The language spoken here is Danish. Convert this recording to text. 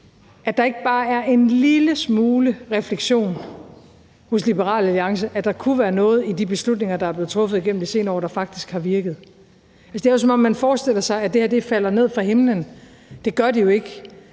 at der ikke bare er en lille smule refleksion hos Liberal Alliance over, at der kunne være noget i de beslutninger, der er blevet truffet igennem de senere år, der faktisk har virket. Det er, som om man forestiller sig, at det her falder ned fra himlen. Det gør det jo ikke.